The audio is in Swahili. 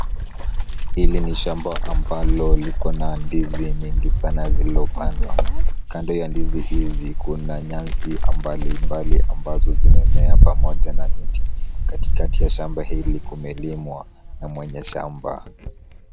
Hili ni shamba ambalo likona ndizi mingi sana zilizopandwa. Kando ya ndizi hizi kuna nyasi mbalimbali ambazo zimemea na miti. Katikati ya shamba hili kumelimwa na mwenye shamba.